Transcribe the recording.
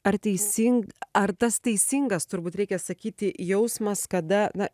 ar teising ar tas teisingas turbūt reikia sakyti jausmas kada na